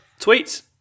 tweets